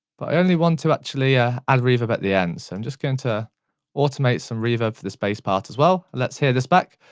but only want to actually ah add reverb at the end. so i'm just going to automate some reverb for the space part as well. and let's hear this back.